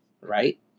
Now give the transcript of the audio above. right